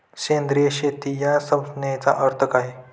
सेंद्रिय शेती या संज्ञेचा अर्थ काय?